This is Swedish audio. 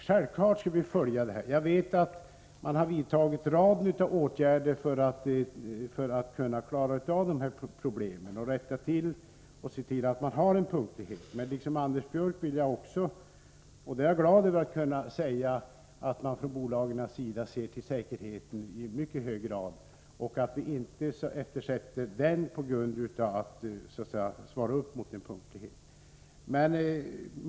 Självfallet skall vi följa utvecklingen på det här området. Jag vet att man vidtagit en rad åtgärder för att försöka klara av problemen och rätta till eventuella missförhållanden, så att man kan få en bättre punktlighet. Men liksom Anders Björck anser jag att säkerheten inte får eftersättas på grund av att man vill tillgodose kravet på punktlighet, och jag är glad över att kunna säga att man från bolagens sida i mycket hög grad värnar om flygsäkerheten.